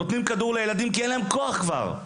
נותנים כדור לילדים כי אין להם כוח כבר.